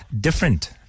different